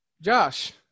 Josh